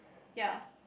yea